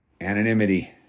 Anonymity